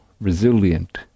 resilient